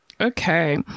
Okay